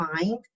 find